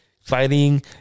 fighting